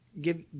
give